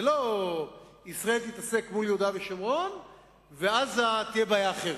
זה לא שישראל תתעסק מול יהודה ושומרון ועזה תהיה בעיה אחרת.